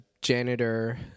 Janitor